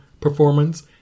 performance